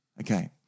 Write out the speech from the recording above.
Okay